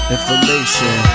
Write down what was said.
Information